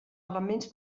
elements